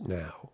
now